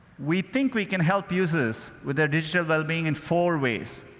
we think we can help users with their digital wellbeing in four ways.